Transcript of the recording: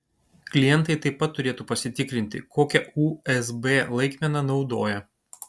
klientai taip pat turėtų pasitikrinti kokią usb laikmeną naudoja